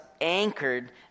anchored